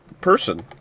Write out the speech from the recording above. person